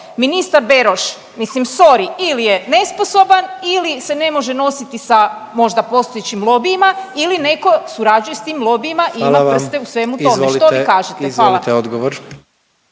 Ministar Beroš, mislim sorry ili je nesposoban ili se ne može nositi sa možda postojećim lobijima ili neko surađuje s tim lobijima…/Upadica predsjednik: Hvala vam./…i ima